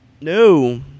No